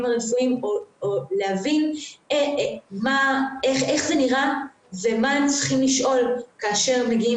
הרפואיים הוא לומר איך זה נראה ומה הם צריכים לשאול כאשר מגיעים